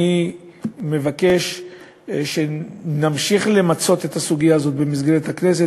אני מבקש שנמשיך למצות את הסוגיה הזאת במסגרת הכנסת.